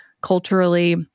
culturally